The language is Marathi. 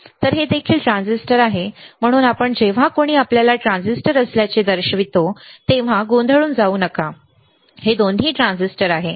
तर हे देखील ट्रान्झिस्टर आहे म्हणून आपण जेव्हा कोणी आपल्याला ट्रान्झिस्टर असल्याचे दर्शवितो तेव्हा हे गोंधळून जाऊ नका हे दोन्ही ट्रान्झिस्टर आहेत